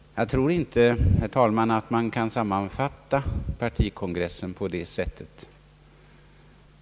Jag tror inte, herr talman, att man kan sammanfatta partikongressen på det sättet.